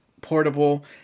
portable